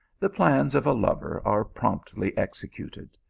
the plans of a lover are promptly executed.